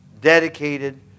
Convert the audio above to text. dedicated